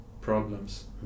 problems